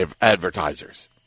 advertisers